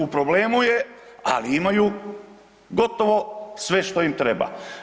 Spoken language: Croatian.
U problemu je, ali imaju gotovo sve što im treba.